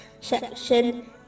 section